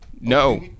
No